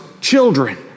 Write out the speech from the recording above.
children